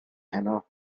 heno